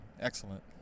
Excellent